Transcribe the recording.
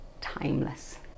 Timeless